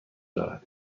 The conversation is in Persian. دارد